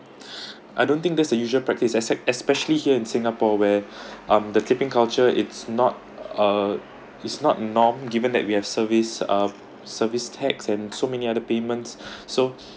I don't think that's a usual practice except especially here in singapore where um the tipping culture it's not uh it's not norm given that we have service uh service tax and so many other payments so